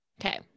Okay